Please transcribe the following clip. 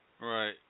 Right